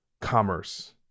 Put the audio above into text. commerce